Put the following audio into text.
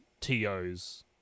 TOs